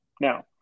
Now